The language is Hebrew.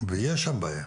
ויש שם בעיה.